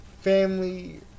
family